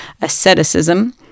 asceticism